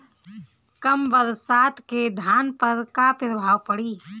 कम बरसात के धान पर का प्रभाव पड़ी?